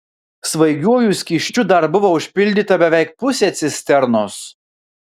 svaigiuoju skysčiu dar buvo užpildyta beveik pusė cisternos